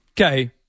Okay